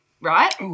right